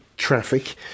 traffic